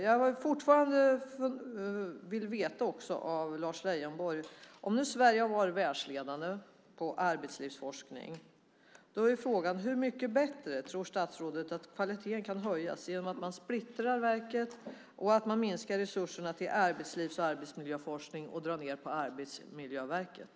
Jag vill fortfarande få veta, Lars Leijonborg: Om nu Sverige har varit världsledande när det gäller arbetslivsforskning, med hur mycket tror statsrådet att kvaliteten kan höjas genom att man splittrar verket, minskar resurserna till arbetslivs och arbetsmiljöforskning och drar ned på Arbetsmiljöverket?